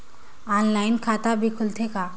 Online खाता भी खुलथे का?